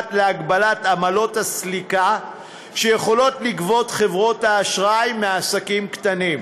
הנוגעת בהגבלת עמלות הסליקה שחברות האשראי רשאיות